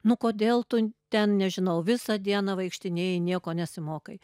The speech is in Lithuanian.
nu kodėl tu ten nežinau visą dieną vaikštinėji nieko nesimokai